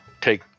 take